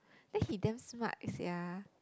then he damn smart sia